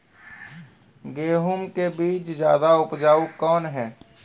गेहूँ के बीज ज्यादा उपजाऊ कौन है?